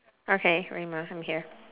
okay rahimah I'm here